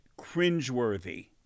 cringeworthy